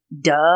duh